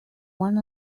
one